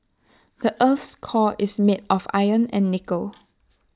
the Earth's core is made of iron and nickel